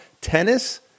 Tennis